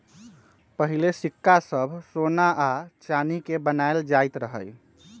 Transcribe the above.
पहिले सिक्का सभ सोना आऽ चानी के बनाएल जाइत रहइ